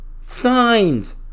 signs